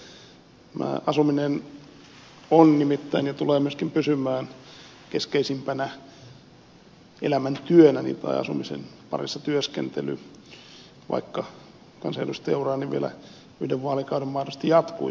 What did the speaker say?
tämä asuminen on nimittäin ja tulee myöskin pysymään keskeisimpänä elämäntyönäni tai asumisen parissa työskentely vaikka kansanedustajaurani vielä yhden vaalikauden mahdollisesti jatkuisikin